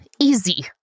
easy